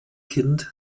kind